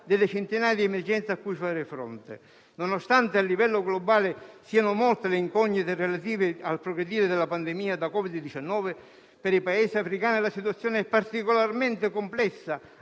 delle centinaia di emergenze a cui fare fronte. Nonostante a livello globale siano molte le incognite relative al progredire della pandemia da Covid-19, per i Paesi africani la situazione è particolarmente complessa,